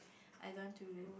I want to